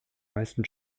meisten